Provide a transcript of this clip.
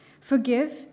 Forgive